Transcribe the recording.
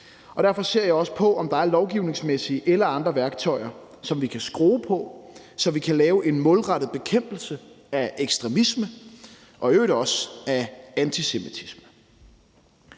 Derfor ser jeg også på, om der er lovgivningsmæssige eller andre værktøjer, som vi kan bruge, så vi kan lave en målrettet bekæmpelse af ekstremisme og i øvrigt også antisemitisme.